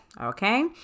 okay